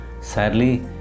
Sadly